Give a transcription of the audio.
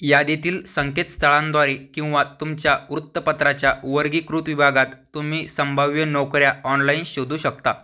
यादीतील संकेतस्थळांद्वारे किंवा तुमच्या वृत्तपत्राच्या वर्गीकृत विभागात तुम्ही संभाव्य नोकऱ्या ऑनलाईन शोधू शकता